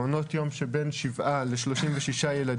מעונות יום עם בין שבעה ל-36 ילדים,